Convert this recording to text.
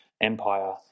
empire